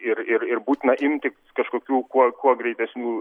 ir ir ir būtina imtis kažkokių kuo kuo greitesnių